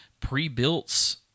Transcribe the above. pre-built